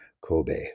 Kobe